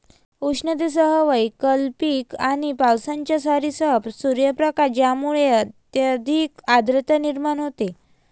उष्णतेसह वैकल्पिक आणि पावसाच्या सरींसह सूर्यप्रकाश ज्यामुळे अत्यधिक आर्द्रता निर्माण होते